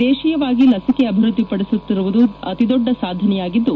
ದೇಶೀಯವಾಗಿ ಲಸಿಕೆ ಅಭಿವೃದ್ದಿ ಪಡಿಸುತ್ತಿರುವುದು ಅತಿ ದೊಡ್ಡ ಸಾಧನೆಯಾಗಿದ್ದು